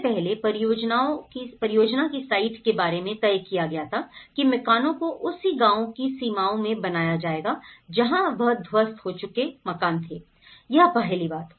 सबसे पहले परियोजना की साइट के बारे में तय किया गया था कि मकानों को उसी गाँव की सीमाओं में बनाया जाएगा जहां वह ध्वस्त हो चुके मकान थे यह पहली बात